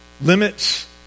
limits